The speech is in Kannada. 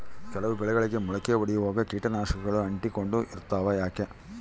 ಕೆಲವು ಬೆಳೆಗಳಿಗೆ ಮೊಳಕೆ ಒಡಿಯುವಾಗ ಕೇಟನಾಶಕಗಳು ಅಂಟಿಕೊಂಡು ಇರ್ತವ ಯಾಕೆ?